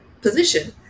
position